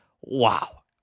Wow